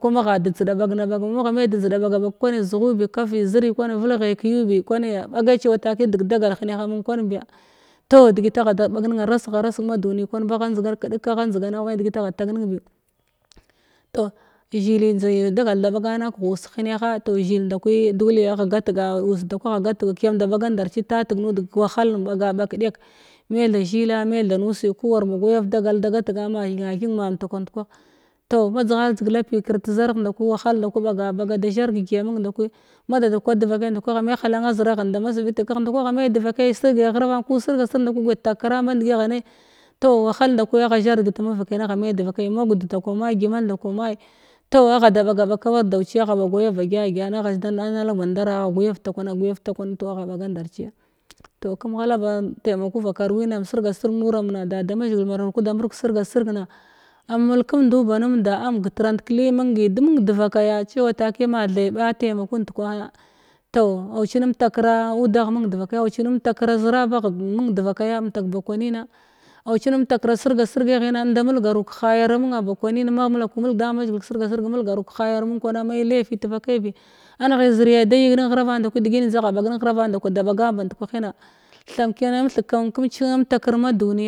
kwa ma gha de njdiɗa bagna bag ma gha me de njdiɗa bagna kwanu zughubi kafi ziri kwani velghai kayu bi kwanya ɓagai ce watakai deg dagal heneh amun kwan biya toh degit agha da bag nena bagha njdigan kədek agha njdigan medegit agha tag nen bi toh zhili njda dagal da ɓagana kəgh us heneha toh zhil nda kwi duli agha gat ga us nak kwa agha gat kiyam da ɓaga ndaratateg nud ɓaga ndar a tateg nud kəwahallen ba ɓag kəɗek me tha zhila me tha nud ku war ba gwayav dagal da gat ga ma thena theng ma mtak band toh ma dzighar dzig lapi kr təzr nda kwiwahal nda kwa ɓaga ɓaga ada zhnag degyiya mung nda kwi ma da da kwa devakai nda ku ame ha lanna ziraghen damasbiti kagh nda kwa agha me devakai sirgai ghravan ku sirga sirg nda ku guya tag karan band gi ma gud nda kwiməi gyimal nda kwa məi toh agha ɓaga ɓag kawar dau ci agha ba gwayava be gyagyan toh kəm ghala ba temaku vakaru wina ma zirga sing nuramna da da mazhigil mara kurda mar kasirga swigna au mulkumndu ba numnda am gətrant kali mungi numg devakaya cewa takiya ma the ɓa temaku nd kwahati toh auci nemtakva udagh mung devakai auci nemtakra zirabagh mung devakaya mtak ba kwanina auci mulgaru kəhayara munna ba kwanim ma mulaku mulg da mazhigɨ ƙasirga sirg in mulgan kəhayara mung kwan me lefi tevakai bi nda kwi deginim ndaku da ɓagan band kwa hina then kiya man theg kan kəcimna mtakr ma duniya